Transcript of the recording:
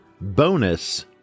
bonus